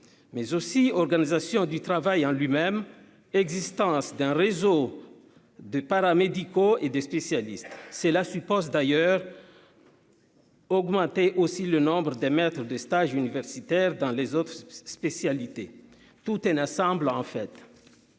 mais aussi l'organisation du travail en lui-même existence d'un réseau de paramédicaux et des spécialistes, c'est là suppose d'ailleurs. Augmenter aussi le nombres de maître de stage universitaires dans les autres spécialités tout et n'a, semble, en fait,